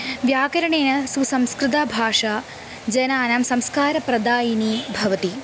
व्याकरणेन सुसंस्कृतभाषा जनानां संस्कारप्रदायिनी भवति